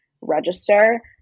register